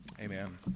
Amen